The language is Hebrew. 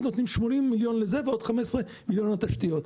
נותנים 80 מיליון לזה ועוד 15 מיליון לתשתיות.